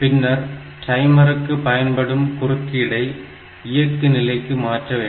பின்னர் டைமருக்கு பயன்படும் குறுக்கீடை இயக்கு நிலைக்கு மாற்ற வேண்டும்